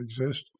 exist